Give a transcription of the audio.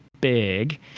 big